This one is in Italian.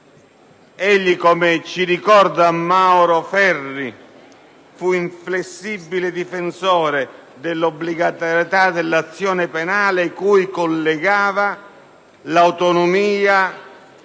Egli, come ci rammenta Mauro Ferri, fu inflessibile difensore dell'obbligatorietà dell'azione penale, cui collegava l'autonomia